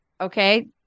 okay